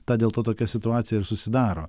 ta dėl to tokia situacija ir susidaro